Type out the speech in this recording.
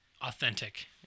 authentic